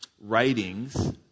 writings